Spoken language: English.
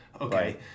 Okay